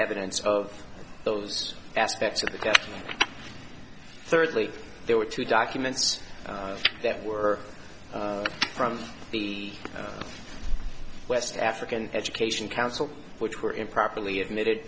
evidence of those aspects of the certainly there were two documents that were from the west african education council which were improperly admitted